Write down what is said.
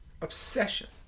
Obsession